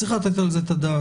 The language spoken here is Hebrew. צריך לתת על זה את הדעת.